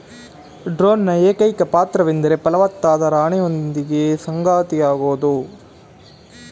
ಡ್ರೋನ್ನ ಏಕೈಕ ಪಾತ್ರವೆಂದರೆ ಫಲವತ್ತಾಗದ ರಾಣಿಯೊಂದಿಗೆ ಸಂಗಾತಿಯಾಗೋದು